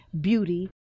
beauty